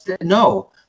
no